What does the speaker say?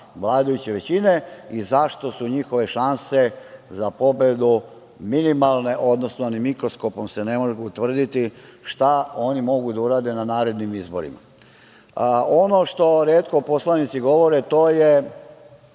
vladajuće većine i zašto su njihove šanse za pobedu minimalne, odnosno ni mikroskopom se ne mogu utvrditi šta oni mogu da urade na narednim izborima. Ono što retko poslanici govore, to je